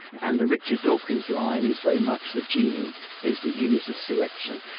and the richard dawkins line is very much the gene is the unit of selection.